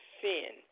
sin